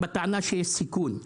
בטענה שיש סיכון.